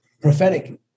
prophetic